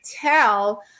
tell